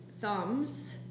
thumbs